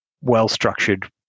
well-structured